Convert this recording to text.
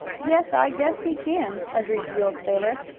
yes, i guess he can, agreed the old sailor.